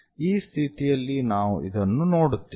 ಈ ಸ್ಥಿತಿಯಲ್ಲಿ ನಾವು ಇದನ್ನು ನೋಡುತ್ತೇವೆ